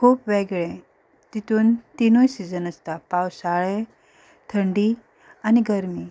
खूब वेगळें तितून तिनूय सिजन आसता पावसाळें थंडी आनी गरमी